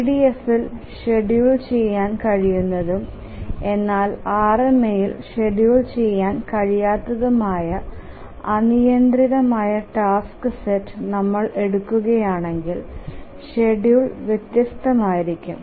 EDFൽ schedule ചെയ്യാൻ കഴിയുന്നതും എന്നാൽ RMAൽ ഷെഡ്യൂൾ ചെയ്യാൻ കഴിയാത്തതുമായ അനിയന്ത്രിതമായ ടാസ്ക് സെറ്റ് നമ്മൾ എടുക്കുകയാണെങ്കിൽ ഷെഡ്യൂൾ വ്യത്യസ്തമായിരിക്കും